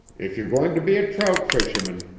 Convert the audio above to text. if you're going to be a trout fisherman,